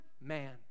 man